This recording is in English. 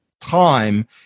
time